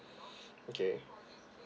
okay